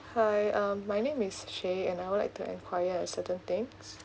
hi um my name is shaye and I would like to enquire a certain things